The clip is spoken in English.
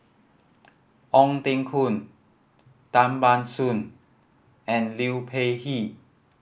Ong Teng Koon Tan Ban Soon and Liu Peihe